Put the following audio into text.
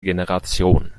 generation